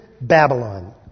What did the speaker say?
Babylon